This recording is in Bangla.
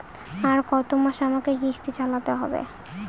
আর কতমাস আমাকে কিস্তি চালাতে হবে?